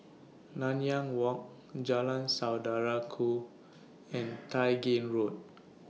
Nanyang Walk Jalan Saudara Ku and Tai Gin Road